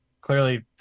clearly